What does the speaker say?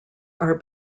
are